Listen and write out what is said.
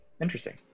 Interesting